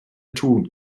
tugend